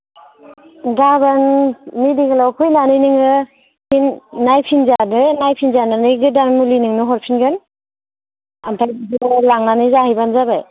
गाबोन मेदिकेल आव फैनानै नोङो फिन नायफिनजादो नायफिनजानानै गोदान मुलि नोंनो हरफिनगोन आमफ्राय बेखौ लांनानै जाहैबानो जाबाय